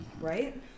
right